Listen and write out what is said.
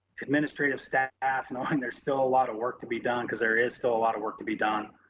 administrative staff, knowing there's still a lot of work to be done cause there is still a lot of work to be done.